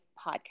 Podcast